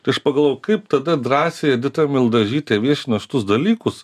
tai aš pagalvojau kaip tada drąsiai edita mildažytė viešno šitus dalykus